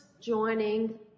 joining